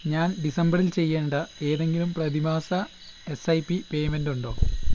ഞാൻ ഡിസംബറിൽ ചെയ്യേണ്ട ഏതെങ്കിലും പ്രതിമാസ എസ് ഐ പി പേയ്മെൻറ്റ് ഉണ്ടോ